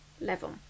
level